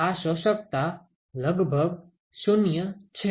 આ શોષકતા લગભગ 0 છે